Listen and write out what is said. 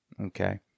Okay